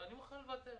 אני מוכן לוותר.